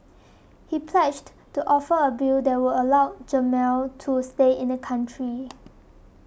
he pledged to offer a bill that would allow Jamal to stay in the country